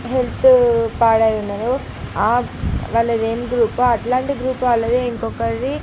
health పాడై ఉన్నాదో ఆ వాళ్ళది ఏం గ్రూపో అట్లాంటి గ్రూప్ వాళ్ళది ఇంకొకరిది